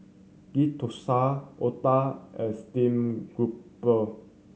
Ghee Thosai otah and steamed grouper